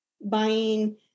buying